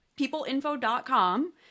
peopleinfo.com